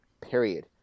period